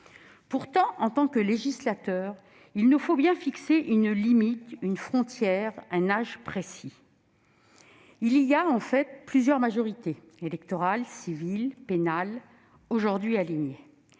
Pourtant, en tant que législateurs, il nous faut bien fixer une limite, une frontière, un âge précis. Il existe, en fait, plusieurs majorités- électorale, civile, pénale -, qui sont aujourd'hui alignées.